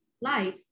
life